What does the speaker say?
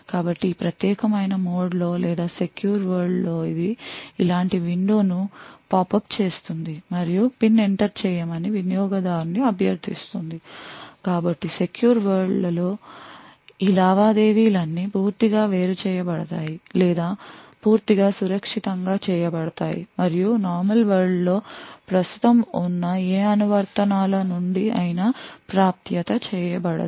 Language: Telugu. కాబట్టి ఈ ప్రత్యేకమైన మోడ్ లో లేదా సెక్యూర్ వరల్డ్ లో ఇది ఇలాంటి విండోను పాపప్ చేస్తుంది మరియు పిన్ ఎంటర్ చేయమని వినియోగదారుని అభ్యర్థిస్తుంది కాబట్టిసెక్యూర్ వరల్డ్ లో ఈ లావాదేవీలన్నీ పూర్తిగా వేరుచేయబడతాయి లేదా పూర్తిగా సురక్షితంగా చేయబడతాయి మరియు నార్మల్ వరల్డ్ లో ప్రస్తుతం ఉన్న ఏ అనువర్తనాల నుండి అయినా యాక్సెస్ చేయబడవు